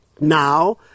Now